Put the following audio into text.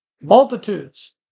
multitudes